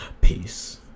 Peace